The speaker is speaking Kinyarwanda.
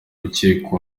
rukiko